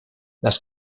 las